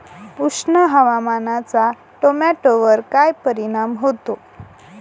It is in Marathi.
उष्ण हवामानाचा टोमॅटोवर काय परिणाम होतो?